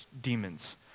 demons